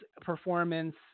performance